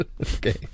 Okay